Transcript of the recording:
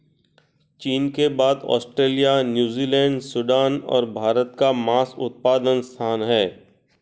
चीन के बाद ऑस्ट्रेलिया, न्यूजीलैंड, सूडान और भारत का मांस उत्पादन स्थान है